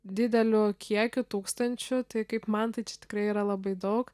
dideliu kiekiu tūkstančiu tai kaip man tai čia tikrai yra labai daug